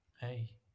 Hey